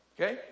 Okay